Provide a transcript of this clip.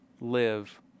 live